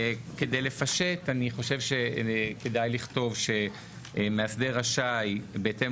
כדי לפשט אני חושב שכדאי לכתוב שמאסדר רשאי בהתאם